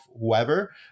whoever